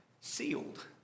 sealed